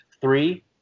three